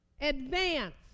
Advance